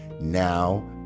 now